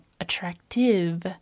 attractive